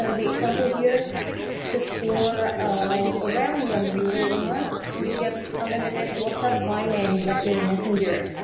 ah the example here just for ah around one euro a month you get unlimited whatsapp, line and blackberry messenger.